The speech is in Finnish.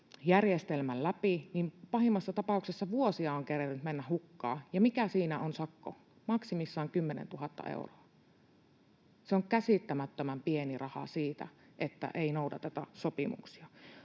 järjestelmän läpi, pahimmassa tapauksessa vuosia on kerennyt mennä hukkaan. Ja mikä siinä on sakko? Maksimissaan 10 000 euroa. Se on käsittämättömän pieni raha siitä, että ei noudateta sopimuksia.